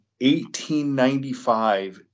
1895